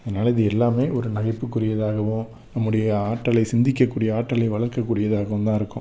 அதனால் இது எல்லாமே ஒரு நகைப்புக்குரியதாகவும் நம்மோடைய ஆற்றலை சிந்திக்கக்கூடிய ஆற்றலை வளர்க்கக்கூடியதாகவுந்தான் இருக்கும்